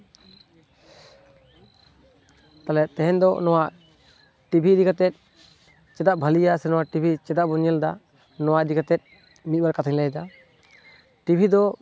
ᱛᱟᱞᱚᱦᱮ ᱛᱮᱦᱮᱧ ᱫᱚ ᱱᱚᱣᱟ ᱴᱤᱵᱷᱤ ᱤᱫᱤ ᱠᱟᱛᱮ ᱪᱮᱫᱟᱜ ᱵᱷᱟᱞᱮᱭᱟ ᱥᱮ ᱱᱚᱣᱟ ᱴᱤᱵᱷᱤ ᱪᱮᱫᱟᱜ ᱵᱚ ᱧᱮᱞᱫᱟ ᱱᱚᱣᱟ ᱤᱫᱤ ᱠᱟᱛᱮ ᱢᱤᱫ ᱵᱟᱨ ᱠᱟᱛᱷᱟᱧ ᱞᱟᱹᱭᱫᱟ ᱴᱤᱵᱷᱤ ᱫᱚ